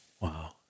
Wow